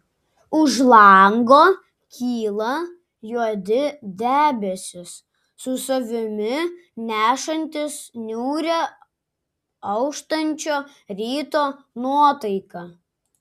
už lango kyla juodi debesys su savimi nešantys niūrią auštančio ryto nuotaiką